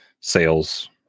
sales